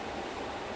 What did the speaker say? mm